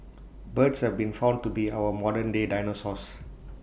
birds have been found to be our modernday dinosaurs